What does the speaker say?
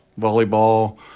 volleyball